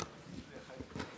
ירדת מהר מדי.